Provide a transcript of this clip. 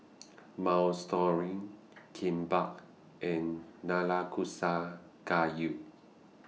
Minestrone Kimbap and Nanakusa Gayu